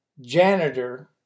janitor